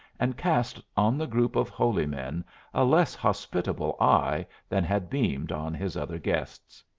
and cast on the group of holy men a less hospitable eye than had beamed on his other guests.